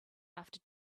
after